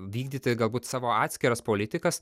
vykdytojai galbūt savo atskiras politikas